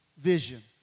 vision